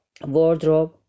wardrobe